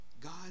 God